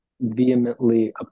vehemently